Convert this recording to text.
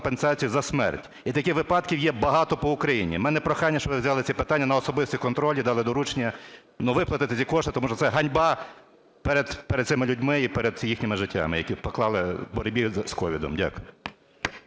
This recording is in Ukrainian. компенсації за смерть. І таких випадків є багато по Україні. У мене прохання, щоб ви взяли ці питання на особистий контроль і дали доручення виплатити ці кошти, тому що це ганьба перед цими людьми і перед їхніми життями, які поклали у боротьбі з СOVID. Дякую.